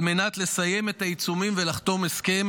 על מנת לסיים את העיצומים ולחתום הסכם